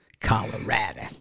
Colorado